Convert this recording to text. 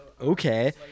okay